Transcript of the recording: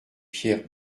pierre